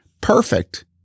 perfect